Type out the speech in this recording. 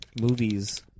movies